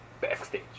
backstage